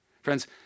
Friends